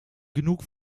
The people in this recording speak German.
genug